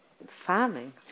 farming